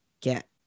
get